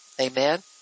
Amen